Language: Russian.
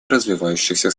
развивающихся